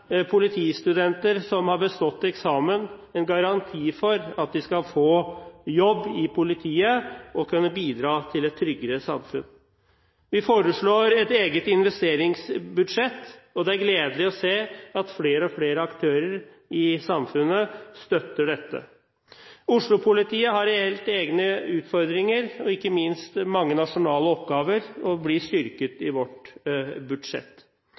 politistudenter som har bestått eksamen, en garanti for at de skal få jobb i politiet og kunne bidra til et tryggere samfunn. Vi foreslår et eget investeringsbudsjett, og det er gledelig å se at flere og flere aktører i samfunnet støtter dette. Oslo-politiet har reelt egne utfordringer og ikke minst mange nasjonale oppgaver, og de blir styrket i vårt budsjett.